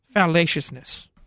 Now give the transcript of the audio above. fallaciousness